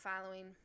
following